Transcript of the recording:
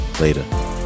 Later